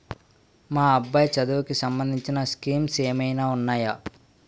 మా అబ్బాయి చదువుకి సంబందించిన స్కీమ్స్ ఏమైనా ఉన్నాయా?